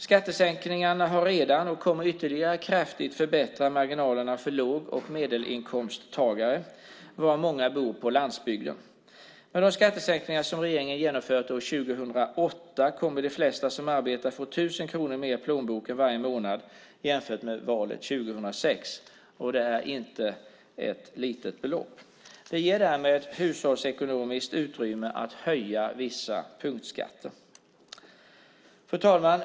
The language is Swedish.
Skattesänkningarna har redan förbättrat, och kommer att ytterligare kraftigt förbättra, marginalerna för låg och medelinkomsttagare, av vilka många bor på landsbygden. De skattesänkningar som regeringen genomfört år 2008 innebär att de flesta som arbetar kommer att få 1 000 kronor mer i plånboken varje månad jämfört med valet 2006. Det är inget litet belopp. Det ger ett hushållsekonomiskt utrymme för att höja vissa punktskatter.